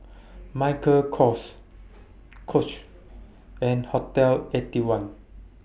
Michael Kors Coach and Hotel Eighty One